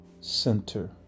center